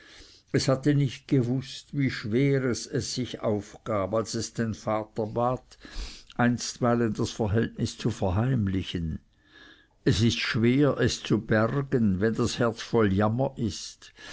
es hatte nicht gewußt wie schweres es sich aufgab als es den vater bat einstweilen ihr verhältnis zu verheimlichen es ist schwer es zu bergen wenn das herz voll jammer ist